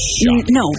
no